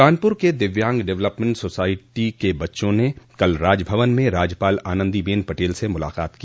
कानपुर के दिव्यांग development society के बच्चों ने कल राजभवन मे राज्यपाल आनंदी बेन पटेल से मुलाकात की